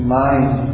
mind